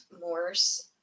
Morse